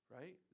right